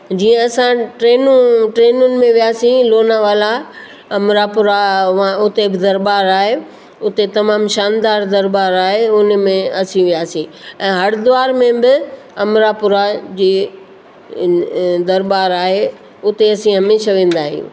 जीअं असां ट्रेनू ट्रेनुनि में वियासीं लोनावाला अमरापुरा हुआ उते बि दरॿारि आहे उते तमामु शानदार दरॿारि आहे हुन में असीं वियासीं ऐं हरिद्वार में बि अमरापुरा जी दरॿारि आहे उते असीं हमेशह वेंदा आहियूं